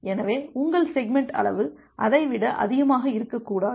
எனவே உங்கள் செக்மெண்ட் அளவு அதை விட அதிகமாக இருக்கக்கூடாது